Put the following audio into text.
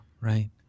right